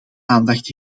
aandacht